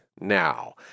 Now